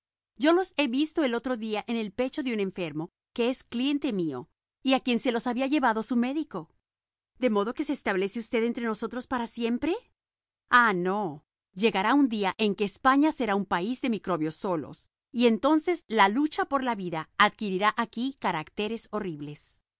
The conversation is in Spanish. yo los he visto el otro día en el pecho de un enfermo que es cliente mío y a quien se los había llevado su médico de modo que se establece usted entre nosotros para siempre ah no llegará un día en que españa será un país de microbios solos y entonces la lucha por la vida adquirirá aquí caracteres horribles